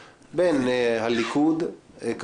בין קבוצה א'